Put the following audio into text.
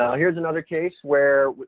ah here's another case where,